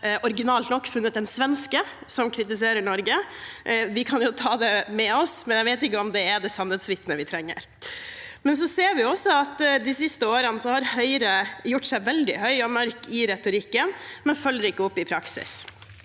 originalt nok funnet en svenske som kritiserer Norge. Vi kan jo ta det med oss, men jeg vet ikke om det er det sannhetsvitnet vi trenger. Vi har også sett at man i Høyre de siste årene har gjort seg veldig høy og mørk i retorikken, men man følger ikke opp i praksis.